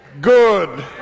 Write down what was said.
good